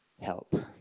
Help